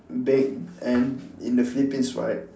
ba~ and in the philippines right